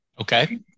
Okay